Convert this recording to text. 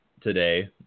today